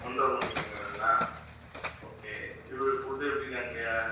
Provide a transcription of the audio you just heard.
ஒன்ரை மணிக்கு வேணுங்களா ஓகே இது ஃபுட்டு எப்படிங்க அங்கே